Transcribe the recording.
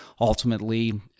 ultimately